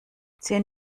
zehn